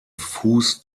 fuß